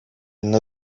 une